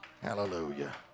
Hallelujah